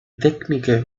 tecniche